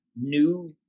new